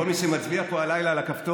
כל מי שמצביע פה הלילה על הכפתור,